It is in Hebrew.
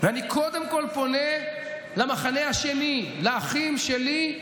ואני קודם כול פונה למחנה השני, לאחים שלי,